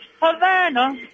Havana